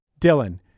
Dylan